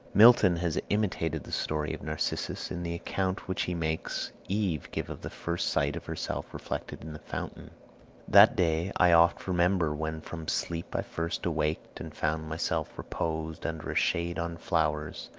milton has imitated the story of narcissus in the account which he makes eve give of the first sight of herself reflected in the fountain that day i oft remember when from sleep i first awaked, and found myself reposed under a shade on flowers,